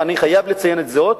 אני חייב לציין זאת,